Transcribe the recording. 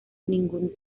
ningún